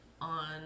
on